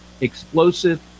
Explosive